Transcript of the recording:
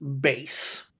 base